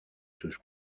sus